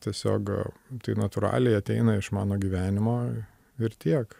tiesiog tai natūraliai ateina iš mano gyvenimo ir tiek